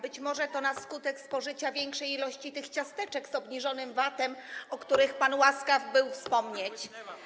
Być może to na skutek spożycia większej ilości tych ciasteczek z obniżonym VAT-em, o których był pan łaskaw wspomnieć.